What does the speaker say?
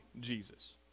Jesus